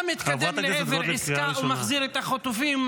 אתה מתקדם לעבר עסקה ומחזיר את החטופים,